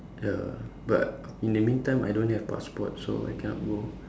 ya but in the meantime I don't have passport so I cannot go